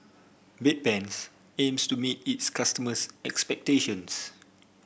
Bedpans aims to meet its customers' expectations